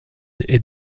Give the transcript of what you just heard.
est